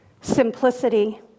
simplicity